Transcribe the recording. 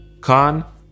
Khan